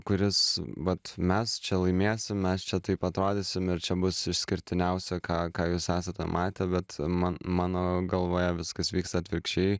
kuris vat mes čia laimėsim mes čia taip atrodysim ir čia bus išskirtiniausia ką ką jūs esate matę bet man mano galvoje viskas vyksta atvirkščiai